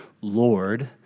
Lord